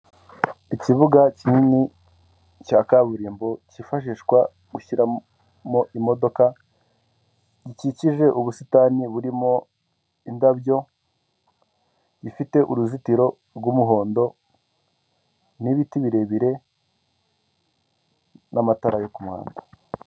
Ikibuga kinini cya kaburimbo cyifashishwa gushyiramo imodoka gikikije ubusitani burimo indabyo, gifite uruzitiro rw'umuhondo n'ibiti birebire n'amatara ku muhanda.